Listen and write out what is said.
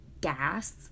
gas